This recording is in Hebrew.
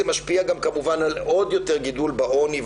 זה משפיע כמובן עוד יותר על גידול בעוני,